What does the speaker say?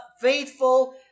faithful